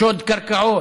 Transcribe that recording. שוד קרקעות,